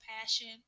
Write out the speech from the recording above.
passion